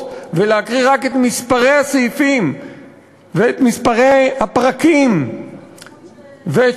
ולהקריא רק את מספרי הסעיפים ואת מספרי הפרקים ואת